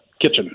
kitchen